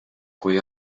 kui